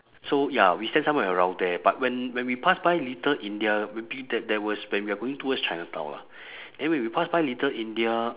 so ya we stand somewhere around there but when when we pass by little india we believe that there was when we are going towards chinatown lah then when we pass by little india